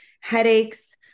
headaches